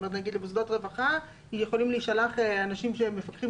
נגיד למוסדות רווחה יכולים להישלח פקחים